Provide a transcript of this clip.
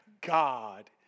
God